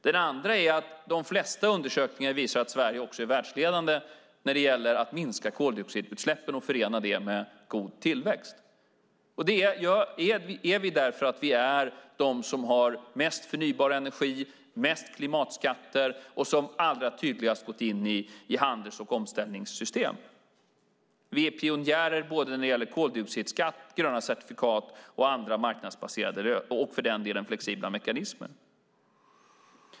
Den andra är att de flesta undersökningar visar att Sverige också är världsledande när det gäller att minska koldioxidutsläppen och förena det med god tillväxt. Det är vi därför att vi är de som har mest förnybar energi och mest klimatskatter, och vi är de som allra tydligast har gått in i handels och omställningssystem. Vi är pionjärer när det gäller koldioxidskatt, gröna certifikat, andra marknadsbaserade lösningar och för den delen flexibla mekanismer.